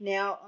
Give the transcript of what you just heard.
Now